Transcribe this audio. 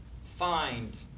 find